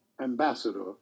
Ambassador